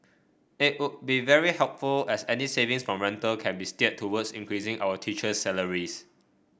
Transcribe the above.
it would be very helpful as any savings from rental can be steered towards increasing our teacher's salaries